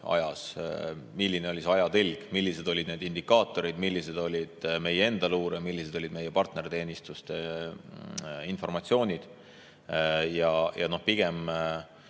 milline oli ajatelg, millised olid need indikaatorid, milline olid meie enda luure ja meie partnerteenistuste informatsioon. Ka mina